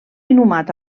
inhumat